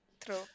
True